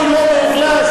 בנוי ולא מאוכלס.